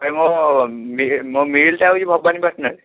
ଭାଇ ମୋ ମି ମୋ ମିଲ୍ଟା ହେଉଛି ଭବାନୀପାଟଣାରେ